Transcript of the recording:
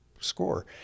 score